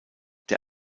der